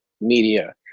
media